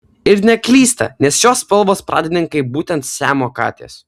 ir neklysta nes šios spalvos pradininkai būtent siamo katės